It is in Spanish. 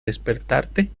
despertarte